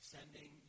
Sending